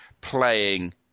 playing